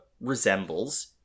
resembles